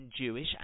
Jewish